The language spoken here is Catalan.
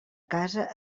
casa